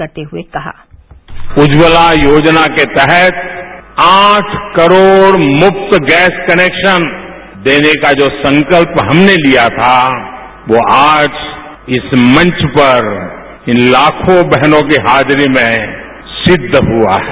रज्वला योजना के तहत आठ करोड़ मुफ्त गैस कनेक्शन देने का जो संकल्प हमने तिया था वो आज इस मंच पर इन लाखों बहनों की हाजरी में सिद्ध हुआ है